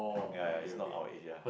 ya ya is not our age ya